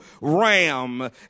ram